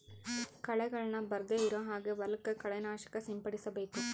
ಕಳೆಗಳನ್ನ ಬರ್ದೆ ಇರೋ ಹಾಗೆ ಹೊಲಕ್ಕೆ ಕಳೆ ನಾಶಕ ಸಿಂಪಡಿಸಬೇಕು